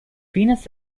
venus